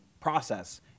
process